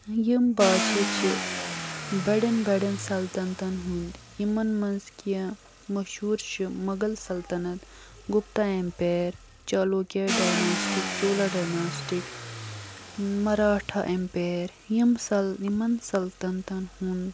یِم بادشاہ چھِ بَڑین بَڑین سلطنتن ہُنٛدۍ یِمن منٛز کیٚنٛہہ مشہوٗر چھِ مغل سلطنت گُپتا ایمپیر چلوکیہ ڈایناسٹی یِکۍ چوٗلا ڈایناسٹی یٕکۍ مراٹھا ایمپایر یِم یِمن سلطنتن ہُنٛد